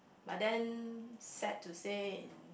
but then sad to say